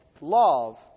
love